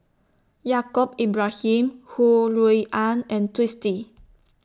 Yaacob Ibrahim Ho Rui An and Twisstii